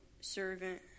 servant